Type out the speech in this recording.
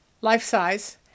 life-size